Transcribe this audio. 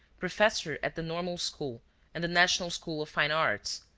professor at the normal school and the national school of fine arts,